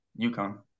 UConn